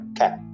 Okay